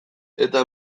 eta